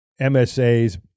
MSAs